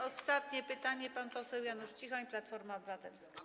Ostatnie pytanie zada pan poseł Janusz Cichoń, Platforma Obywatelska.